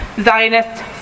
Zionist